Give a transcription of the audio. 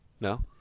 No